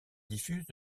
diffuse